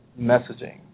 messaging